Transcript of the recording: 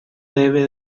debe